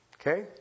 Okay